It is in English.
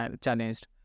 challenged